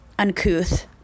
uncouth